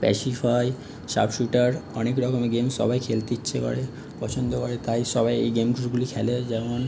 pacify sub shooter অনেক রকমের games সবাই খেলতে ইচ্ছে করে পছন্দ করে তাই সবাই এই গেমসগুলি খেলে যেমন